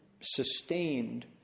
sustained